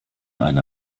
eine